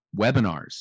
webinars